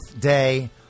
day